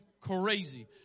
crazy